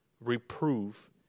reprove